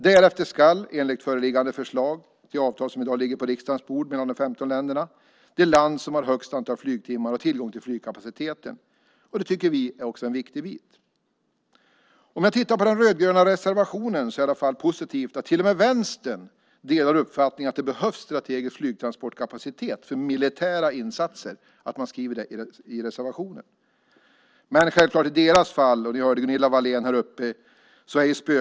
Därefter ska, enligt det förslag till avtal mellan de 15 länderna som i dag ligger på riksdagens bord, det land som har det största antalet flygtimmar ha tillgång till flygkapacitet. Det tycker vi också är en viktig bit. Sett till den rödgröna reservationen är det i alla fall positivt att till och med Vänstern delar uppfattningen att det behövs strategisk flygtransportkapacitet för militära insatser, som man skriver i reservationen. Men i deras fall - ni hörde ju nyss Gunilla Wahlén - är spöket självklart Nato.